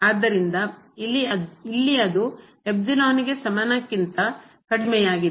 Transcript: ಆದ್ದರಿಂದ ಇಲ್ಲಿ ಅದು ಗೆ ಸಮಾನಕ್ಕಿಂತ ಕಡಿಮೆಯಾಗಿದೆ